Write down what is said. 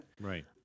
right